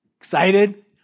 Excited